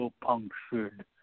punctured